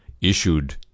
issued